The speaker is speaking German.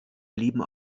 blieben